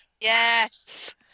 Yes